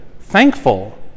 thankful